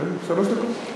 כן, שלוש דקות.